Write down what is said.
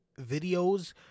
videos